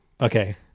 Okay